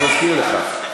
אני מזכיר לך.